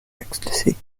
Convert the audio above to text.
ecstasy